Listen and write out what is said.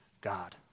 God